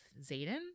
zayden